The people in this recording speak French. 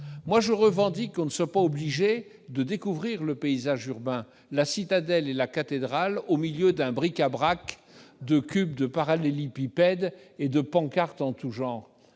! Je revendique que nous ne soyons pas obligés de découvrir le paysage urbain, la citadelle et la cathédrale au milieu d'un bric-à-brac de cubes, de parallélépipèdes et de pancartes en tous genres